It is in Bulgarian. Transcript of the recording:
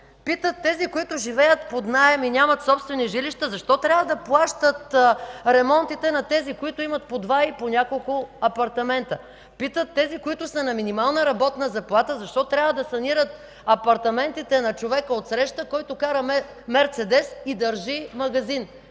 Питат тези, които живеят под наем и нямат собствени жилища, защо трябва да плащат ремонтите на тези, които имат по два и по няколко апартамента? Питат тези, които са на минимална работна заплата, защо трябва да санират апартаментите на човека отсреща, който кара „Мерцедес” и държи магазин?